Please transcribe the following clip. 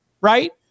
right